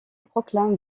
proclame